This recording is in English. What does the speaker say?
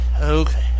Okay